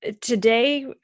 today